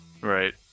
Right